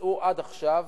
עד עכשיו